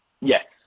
Yes